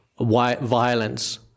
violence